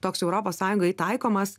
toks europos sąjungoj taikomas